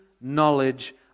knowledge